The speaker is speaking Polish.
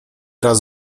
raz